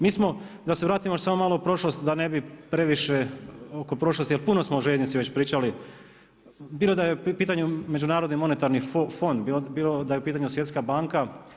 Mi smo, da se vratimo samo malo u prošlost, da ne previše oko prošlosti jer puno smo o željeznici već pričali bilo da je u pitanju Međunarodni monetarni fond, bilo da je u pitanju Svjetska banka.